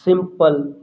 simple